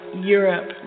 Europe